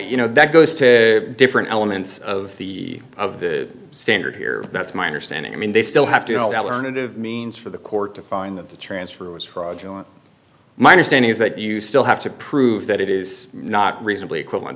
you know that goes to different elements of the of the standard here but it's my understanding i mean they still have to hold out learned of means for the court to find that the transfer was fraudulent my understanding is that you still have to prove that it is not reasonably equivalent